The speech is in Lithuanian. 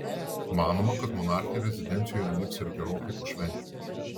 manoma kad monarchė rezidencijoje liks ir gerokai po švenčių